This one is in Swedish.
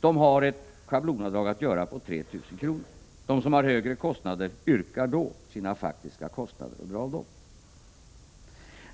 De har ett schablonavdrag att göra på 3 000 kr. De som har högre kostnader yrkar avdrag för sina faktiska kostnader och drar av dem.